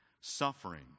Suffering